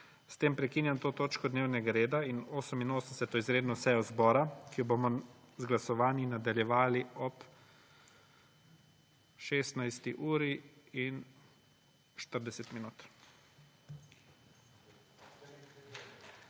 S tem prekinjam to točko dnevnega reda in 88. izredno sejo zbora, ki jo bomo z glasovanji nadaljevali ob 16.40.